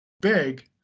big